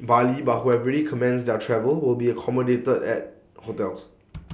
Bali but who have already commenced their travel will be accommodated at hotels